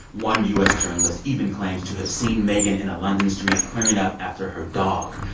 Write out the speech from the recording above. one u s. journalist even claims to have seen meghan in a london street cleaning up after her dog.